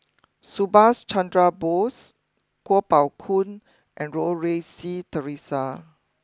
Subhas Chandra Bose Kuo Pao Kun and Goh Rui Si Theresa